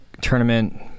tournament